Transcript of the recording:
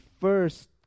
first